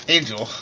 Angel